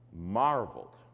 marveled